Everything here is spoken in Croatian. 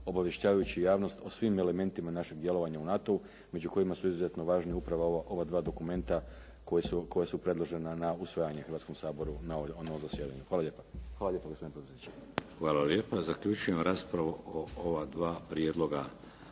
obavještavajući javnost o svim elementima našeg djelovanja u NATO-u među kojima su izuzetno važni upravo ova dva dokumenta koja su predložena Hrvatskom saboru na usvajanje na ovom zasjedanju. Hvala lijepa. **Šeks, Vladimir (HDZ)** Hvala lijepa. Zaključujem raspravu o ova dva prijedloga